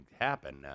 happen